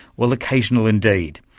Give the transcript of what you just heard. well, occasional indeed.